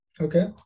Okay